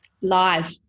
Live